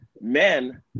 men